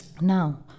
now